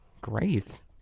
Great